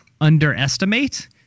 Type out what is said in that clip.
underestimate